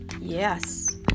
Yes